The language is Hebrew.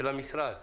אני אבהיר,